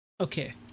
Okay